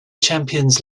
champions